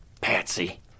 Patsy